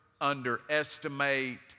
underestimate